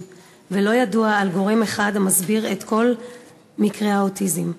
ולא ידוע על גורם אחד המסביר את כל מקרי האוטיזם.